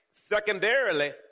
Secondarily